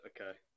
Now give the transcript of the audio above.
Okay